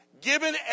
given